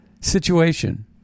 situation